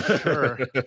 Sure